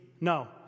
No